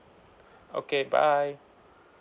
okay bye